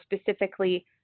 specifically